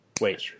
Wait